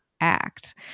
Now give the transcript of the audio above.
act